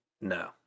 No